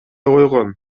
койгон